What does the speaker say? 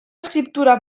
escriptura